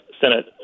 Senate